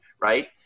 Right